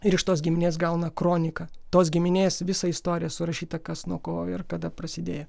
ir iš tos giminės gauna kroniką tos giminės visa istorija surašyta kas nuo ko ir kada prasidėjo